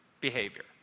behavior